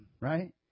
right